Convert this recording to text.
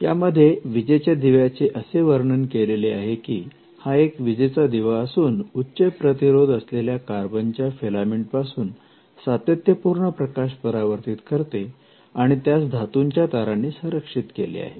यामध्ये विजेच्या दिव्याचे असे वर्णन केलेले आहे की हा एक विजेचा दिवा असून उच्च प्रतिरोध असलेल्या कार्बनच्या फिलामेंट पासून सातत्यपूर्ण प्रकाश परावर्तित करते आणि त्यास धातूच्या तारांनी संरक्षित केले आहे